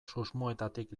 susmoetatik